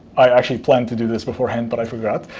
i actually planned to do this beforehand, but i forgot.